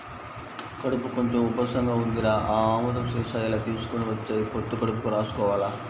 కడుపు కొంచెం ఉబ్బసంగా ఉందిరా, ఆ ఆముదం సీసా ఇలా తీసుకొని వచ్చెయ్, పొత్తి కడుపుకి రాసుకోవాల